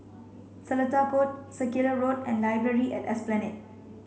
Seletar Court Circular Road and Library at Esplanade